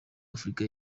afurika